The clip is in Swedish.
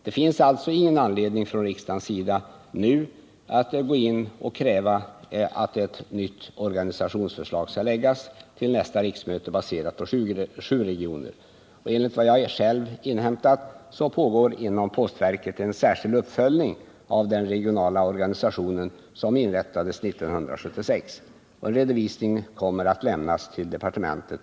Det finns alltså ingen anledning att riksdagen nu går in och Torsdagen den kräver att ett nytt organisationsförslag, baserat på sju regioner, skall läggas 15 mars 1979 fram till nästa riksmöte. Enligt vad jag själv inhämtat pågår inom postverket en särskild uppföljning av den regionala organisation som inrättades 1976. En Utgifterna på redovisning kommer att lämnas till departementet.